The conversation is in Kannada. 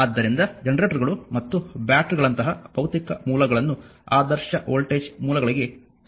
ಆದ್ದರಿಂದ ಜನರೇಟರ್ಗಳು ಮತ್ತು ಬ್ಯಾಟರಿಗಳಂತಹ ಭೌತಿಕ ಮೂಲಗಳನ್ನು ಆದರ್ಶ ವೋಲ್ಟೇಜ್ ಮೂಲಗಳಿಗೆ ಸ್ವಾಧೀನಪಡಿಸಿಕೊಳ್ಳಲಾಗಿದೆ